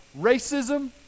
racism